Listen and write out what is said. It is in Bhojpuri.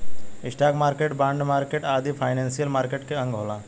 स्टॉक मार्केट, बॉन्ड मार्केट आदि फाइनेंशियल मार्केट के अंग होला